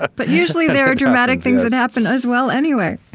but usually, there are dramatic things that happen as well anyway.